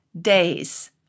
days